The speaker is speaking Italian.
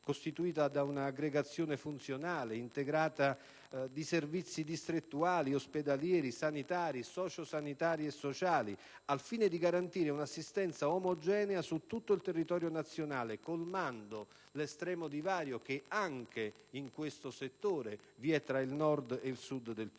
costituita da un'aggregazione funzionale e integrata di servizi distrettuali ed ospedalieri, sanitari, socio-sanitari e sociali, al fine di garantire un'assistenza omogenea su tutto il territorio nazionale, colmando l'estremo divario che si registra - anche in questo settore - tra il Nord e il Sud del Paese.